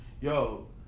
yo